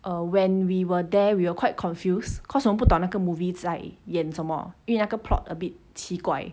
um when we were there we were quite confused cause 我们不懂那个 movie 在演什么因为那个 plot a bit 奇怪